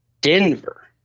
Denver